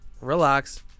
relax